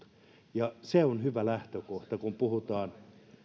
ja se on hyvä lähtökohta kun puhutaan